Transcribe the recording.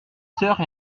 sœurs